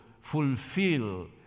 fulfill